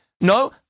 No